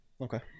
Okay